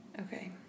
okay